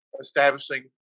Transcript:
establishing